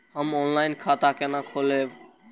हम ऑनलाइन खाता केना खोलैब?